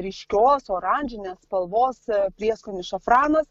ryškios oranžinės spalvos prieskonis šafranas